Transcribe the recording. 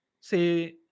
say